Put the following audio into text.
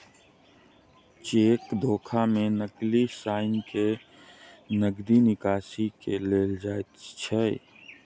cheque धोखा मे नकली साइन क के नगदी निकासी क लेल जाइत छै